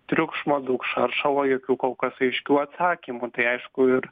triukšmo daug šaršalo jokių kol kas aiškių atsakymų tai aišku ir